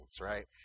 right